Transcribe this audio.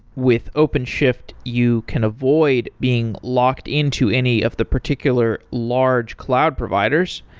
with openshift, you can avoid being locked into any of the particular large cloud providers.